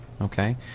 Okay